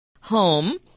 home